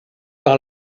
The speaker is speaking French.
par